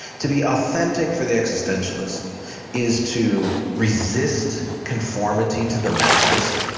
to be authentic for the existentialist is to resist conformity to the masses,